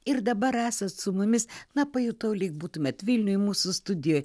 ir dabar esat su mumis na pajutau lyg būtumėt vilniuj mūsų studijoj